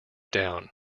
down